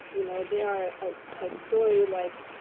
you know they are a story like,